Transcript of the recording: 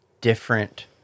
different